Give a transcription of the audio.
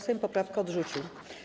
Sejm poprawkę odrzucił.